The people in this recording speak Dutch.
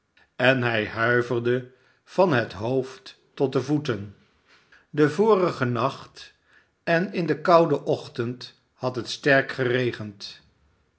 en hij huiverde van het hoofd tot de voeten den vorigen nacht en in den ochtend had het sterk geregend